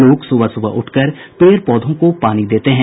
लोग सुबह सुबह उठकर पेड़ पौधों को पानी देते हैं